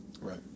Right